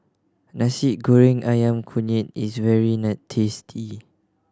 Nasi Goreng Ayam Kunyit is very tasty